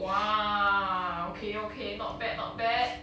!wah! okay okay not bad not bad